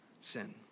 sin